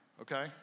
Okay